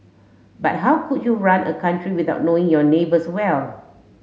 but how could you run a country without knowing your neighbours well